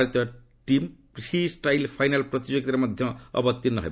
ଭାରତୀୟ team freestyle final ପ୍ରତିଯୋଗିତାରେ ମଧ୍ୟ ଅବତୀର୍ଣ୍ଣ ହେବ